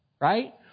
right